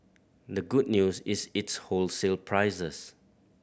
the good news is its wholesale prices